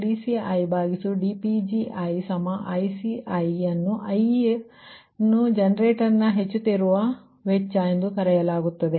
dCidPgiICi ಅನ್ನು i ನೇ ಜನರೇಟರ್ನ ಹೆಚ್ಚುತ್ತಿರುವ ವೆಚ್ಚ ಎಂದು ಕರೆಯಲಾಗುತ್ತದೆ